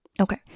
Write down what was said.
Okay